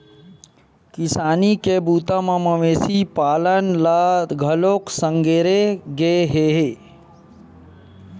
किसानी के बूता म मवेशी पालन ल घलोक संघेरे गे हे